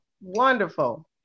Wonderful